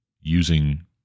using